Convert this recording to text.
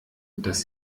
dass